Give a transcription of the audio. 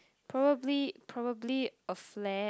probably probably a flat